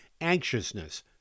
anxiousness